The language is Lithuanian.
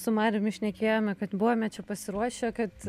su marijumi šnekėjome kad buvome čia pasiruošę kad